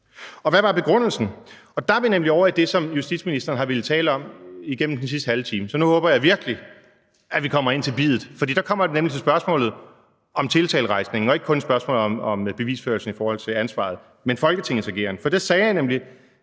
Og hvad var begrundelsen? Der er vi nemlig ovre i det, som justitsministeren har villet tale om igennem den sidste halve time, så nu håber jeg virkelig, at vi kommer ind til biddet. For der kommer det nemlig til spørgsmålet om tiltalerejsningen og ikke kun spørgsmålet om bevisførelsen i forhold til ansvaret, men Folketingets ageren. For da sagde Hans